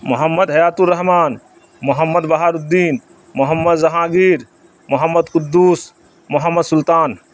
Muhammad Hayat ur-Rahman Muhammad Baharuddin Muhammad Jahangir Muhammad Quddus Muhammad Sultan